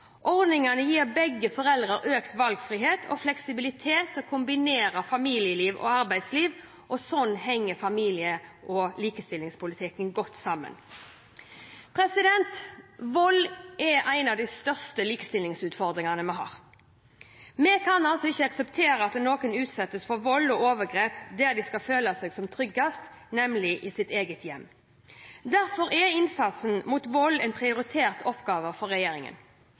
Ordningene gir begge foreldre økt valgfrihet og fleksibilitet til å kombinere familieliv og arbeidsliv, og sånn henger familie- og likestillingspolitikken godt sammen. Vold er en av de største likestillingsutfordringene vi har. Vi kan ikke akseptere at noen utsettes for vold og overgrep der de skal føle seg som tryggest, nemlig i sitt eget hjem. Derfor er innsatsen mot vold en prioritert oppgave for regjeringen.